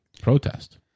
protest